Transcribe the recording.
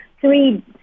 three